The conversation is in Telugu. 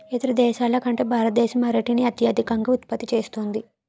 ఇతర దేశాల కంటే భారతదేశం అరటిని అత్యధికంగా ఉత్పత్తి చేస్తుంది